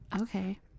okay